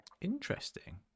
interesting